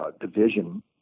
division